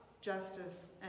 justice